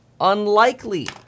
unlikely